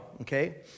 Okay